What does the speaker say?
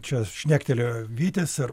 čia šnektelėjo vytis ir